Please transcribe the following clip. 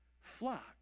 flock